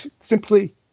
simply